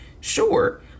sure